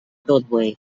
broadway